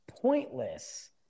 pointless